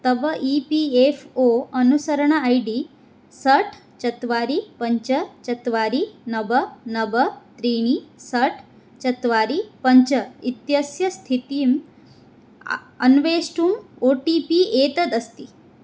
तव E P F O अनुसरणं I D षट् चत्वारि पञ्च चत्वारि नव नव त्रीणि षट् चत्वारि पञ्च इत्यस्य स्थितिम् अन्वेष्टुम् ओ टी पी एतदस्ति